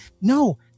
No